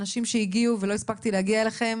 אנשים שהגיעו ולא הספקתי להגיע אליכם.